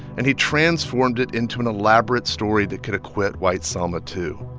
and he transformed it into an elaborate story that could acquit white selma, too.